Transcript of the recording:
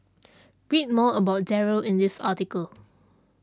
read more about Darryl in this article